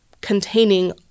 containing